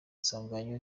sanganya